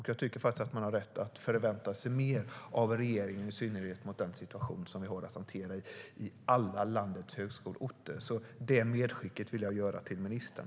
Jag tycker att man har rätt att förvänta sig mer av regeringen, i synnerhet med tanke på den situation som man har att hantera i alla landets högskoleorter. Det medskicket vill jag göra till ministern.